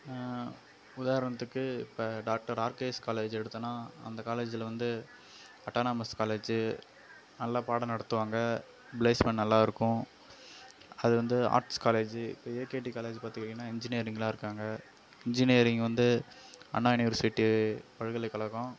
உதாரணத்துக்கு இப்ப doctor RKS college எடுத்தோன்னா அந்த காலேஜில் வந்து அட்டானாமஸ் காலேஜு நல்லா பாடம் நடத்துவாங்க பிளேஸ்மெண்ட் நல்லா இருக்கும் அது வந்து ஆர்ட்ஸ் காலேஜு இப்போ ஏகேடி காலேஜ் பார்த்துக்கிட்டின்னா இன்ஜினியரிங் எல்லாம் இருக்காங்க இன்ஜினியரிங் வந்து அண்ணா யூனிவர்சிட்டி பல்கலைக்கழகம்